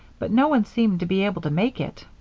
but no one seemed to be able to make it.